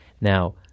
Now